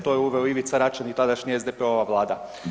To je uveo Ivica Račan i tadašnja SDP-ova vlada.